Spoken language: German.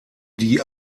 die